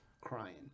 crying